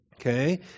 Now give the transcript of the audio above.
Okay